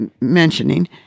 mentioning